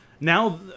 Now